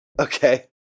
Okay